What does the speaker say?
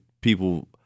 people